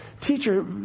teacher